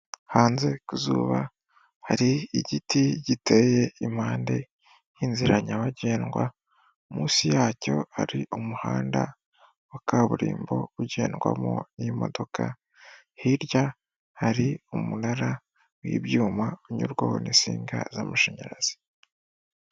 Hanze ku zuba hari igiti giteye impande y'inzira nyabagendwa, munsi yacyo hari umuhanda wa kaburimbo ugendwamo n'imodoka. Hirya hari umunara w'ibyuma unyurwaho n'isinga z'amashanyarazi.